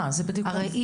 הרי,